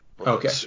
Okay